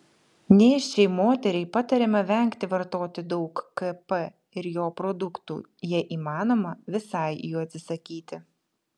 nėščiai moteriai patariama vengti vartoti daug kp ir jo produktų jei įmanoma visai jų atsisakyti